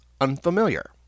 unfamiliar